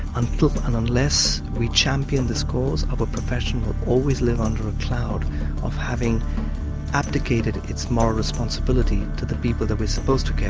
until and unless we champion this cause the profession will always live under a cloud of having abdicated its moral responsibility to the people that we're supposed to care